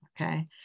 Okay